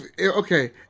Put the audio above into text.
Okay